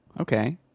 okay